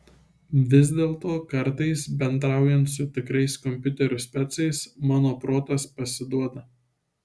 vis dėlto kartais bendraujant su tikrais kompiuterių specais mano protas pasiduoda